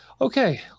Okay